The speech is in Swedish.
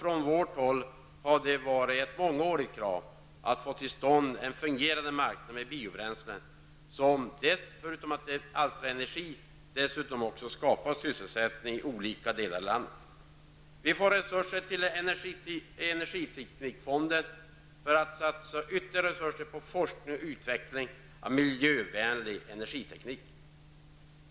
Från vårt håll har det varit ett mångårigt krav att få till stånd en fungerande marknad med biobränslen, som förutom att den alstrar energi dessutom skapar sysselsättning i olika delar av landet. Vi får resurser till energiteknikfonden för att satsa ytterligare resurser på forskning och utveckling av miljövänlig energiteknik.